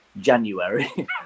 January